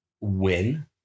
win